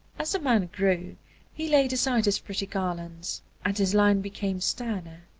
as the man grew he laid aside his pretty garlands and his line became sterner,